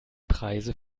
preise